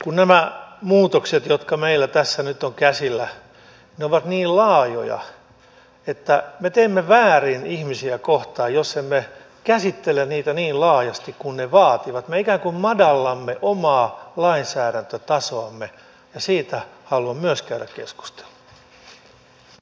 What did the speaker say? kun nämä muutokset jotka meillä tässä nyt ovat käsillä ovat niin laajoja että me teemme väärin ihmisiä kohtaan jos emme käsittele niitä niin laajasti kuin ne vaativat me ikään kuin madallamme omaa lainsäädäntötasoamme ja siitä haluan myös käydä keskustelua